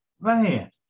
Man